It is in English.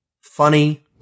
funny